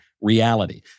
reality